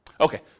Okay